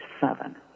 seven